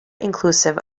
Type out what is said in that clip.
inclusive